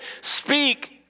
speak